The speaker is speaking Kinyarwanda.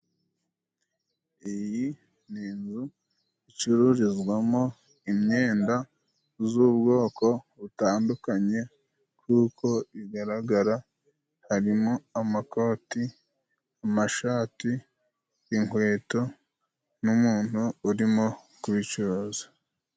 Iyi ni inzu icururizwamo imyenda z'ubwoko butandukanye kuko igaragara harimo amakoti, amashati, inkweto n'umuntu urimo kubicuruza.